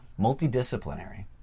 Multidisciplinary